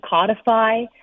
codify